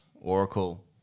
Oracle